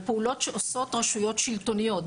על פעולות שעושות רשויות שלטוניות,